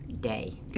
day